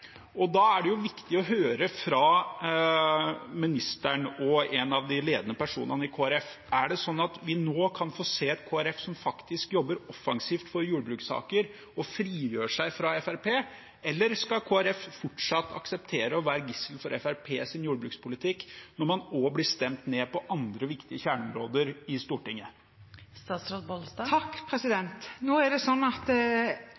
Da er det viktig å høre fra statsråden, som også er en av de ledende personene i Kristelig Folkeparti, om vi nå kan få se et Kristelig Folkeparti som faktisk jobber offensivt for jordbrukssaker og frigjør seg fra Fremskrittspartiet, eller om Kristelig Folkeparti fortsatt skal akseptere å være gissel for Fremskrittspartiets jordbrukspolitikk, når man også blir stemt ned på andre viktige kjerneområder i Stortinget. Jeg som statsråd og regjeringen for øvrig er fullstendig klar over at